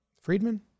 Friedman